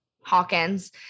Hawkins